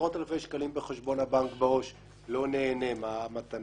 עשרות אלפי שקלים בחשבון הבנק בעו"ש לא נהנה מהמתנה,